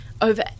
over